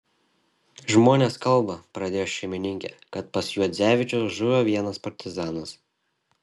žmonės kalba pradėjo šeimininkė kad pas juodzevičius žuvo vienas partizanas